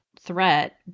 threat